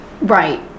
right